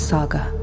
Saga